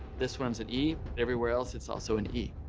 this one's an e, everywhere else it's also an e.